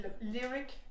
lyric